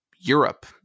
Europe